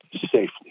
safely